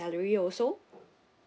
salary also